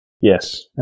Yes